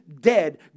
dead